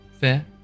Fair